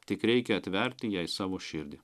tik reikia atverti jai savo širdį